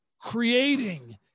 creating